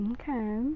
Okay